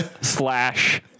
Slash